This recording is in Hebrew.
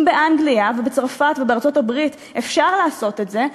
אם באנגליה ובצרפת ובארצות-הברית אפשר לעשות את זה,